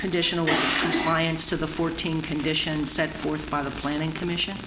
conditional clients to the fourteen conditions set forth by the planning commission